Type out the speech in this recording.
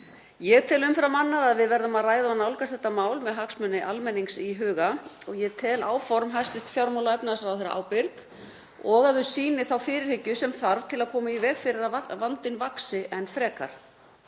ég tel umfram annað að við verðum að ræða og nálgast þetta mál með hagsmuni almennings í huga. Ég tel áform hæstv. fjármála- og efnahagsráðherra ábyrg og að þau sýni þá fyrirhyggju sem þarf til að koma í veg fyrir að vandinn vaxi enn frekar.